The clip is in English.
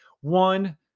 one